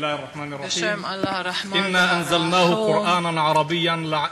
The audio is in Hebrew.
להלן תרגומם הסימולטני לעברית: בסם אללה א-רחמאן א-רחים.